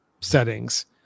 settings